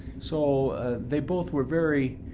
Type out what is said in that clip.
so they both were very